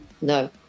No